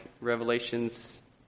Revelations